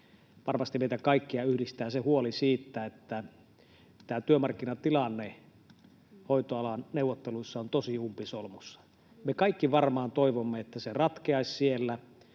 varmasti meitä kaikkia yhdistää huoli siitä, että tämä työmarkkinatilanne hoitoalan neuvotteluissa on tosi umpisolmussa. Me kaikki varmaan toivomme, että se ratkeaisi siellä.